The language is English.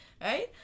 right